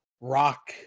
rock